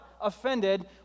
offended